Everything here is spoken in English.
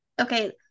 Okay